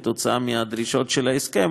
עקב הדרישות של ההסכם,